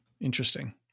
Interesting